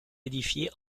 édifié